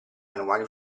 manuali